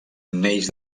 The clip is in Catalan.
neix